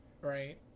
Right